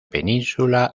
península